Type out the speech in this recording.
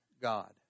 god